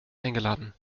eingeladen